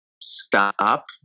stop